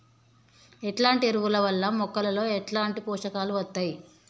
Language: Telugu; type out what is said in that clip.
ఎట్లాంటి ఎరువుల వల్ల మొక్కలలో ఎట్లాంటి పోషకాలు వత్తయ్?